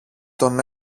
τον